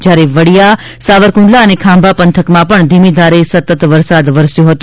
જ્યારે વડીયા સાવરકુંડલા અને ખાંભા પંથકમાં પણ ધીમીધારે સતત વરસાદ વરસતો રહ્યો હતો